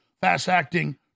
fast-acting